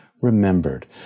remembered